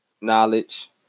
Knowledge